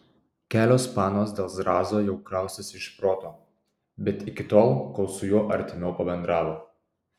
kelios panos dėl zrazo jau kraustėsi iš proto bet iki tol kol su juo artimiau pabendravo